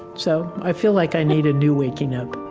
so i feel like i need a new waking up